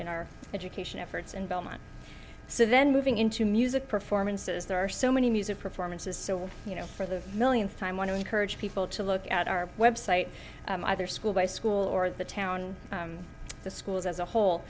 in our education efforts and belmont so then moving into music performances there are so many music performances so you know for the millionth time want to encourage people to look at our website either school by school or the town the schools as a whole